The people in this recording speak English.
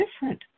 different